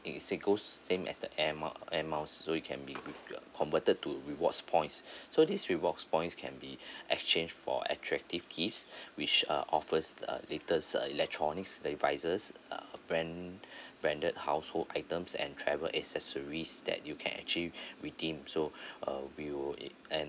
it it goes same as the airmile airmiles so it will be good converted to rewards points so this rewards points can be exchange for attractive gifts which uh offers uh latest electronics devices uh brand branded household items and travel accessories that you can actually redeem so uh we will and